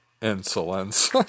Insolence